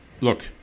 look